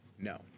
No